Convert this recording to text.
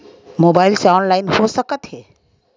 Mobile से online हो सकत हे?